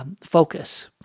focus